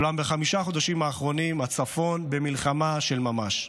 אולם בחמישה החודשים האחרונים הצפון במלחמה של ממש.